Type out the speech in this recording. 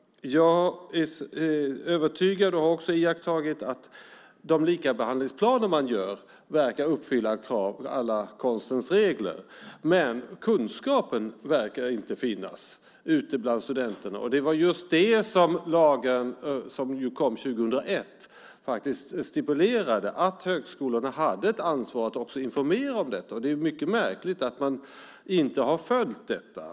Jag är övertygad om och har också iakttagit att de likabehandlingsplaner man gör verkar uppfylla alla konstens regler. Men kunskapen verkar inte finnas ute bland studenterna. Lagen som kom år 2001 stipulerade att högskolorna hade ett ansvar att också informera om detta. Det är mycket märkligt att man inte har följt det.